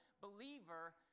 believer